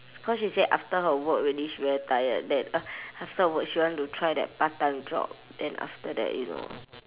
cause she say after her work already she very tired then after her work she want to try that part time job then after that you know